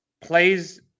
plays